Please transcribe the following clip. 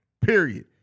Period